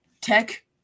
Tech